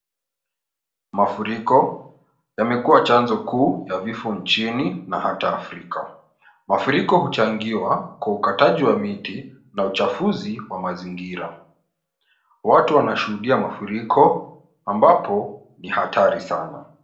Mafuriko yamekuwa chanzo kuu ya vifo nchini na hata Afrika. Mafuriko huchangiwa kwa ukataji wa miti na uchafuzi wa mazingira. Watu wanashuhudia mafuriko ambapo ni hatari sana.